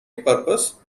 purpose